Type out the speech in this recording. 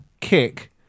kick